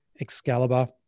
Excalibur